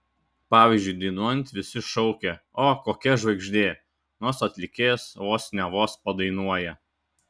pavyzdžiui dainuojant visi šaukia o kokia žvaigždė nors atlikėjas vos ne vos padainuoja